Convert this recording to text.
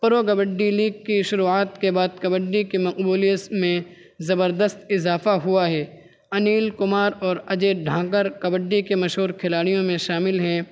پرو kabaddi league کی شروعات کے بعد کبڈی کے مقبولیتس میں زبردست اضافہ ہوا ہے انل کمار اور اجے ڈھانگر کبڈی کے مشہور کھلاڑیوں میں شامل ہیں